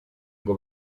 ngo